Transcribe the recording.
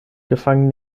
gefangen